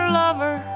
lover